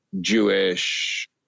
Jewish